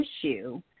issue